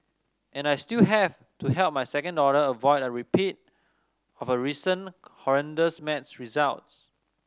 and I still have to help my second daughter avoid a repeat of her recent horrendous maths results